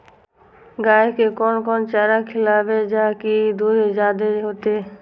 गाय के कोन कोन चारा खिलाबे जा की दूध जादे होते?